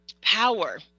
power